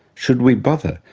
should we bother,